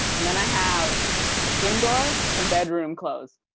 and then i have indoor and bedroom clothes.